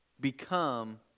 become